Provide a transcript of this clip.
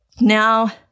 Now